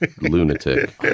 lunatic